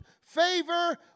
favor